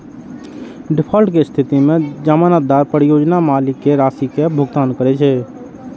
default के स्थिति मे जमानतदार परियोजना मालिक कें राशि के भुगतान करै छै